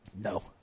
No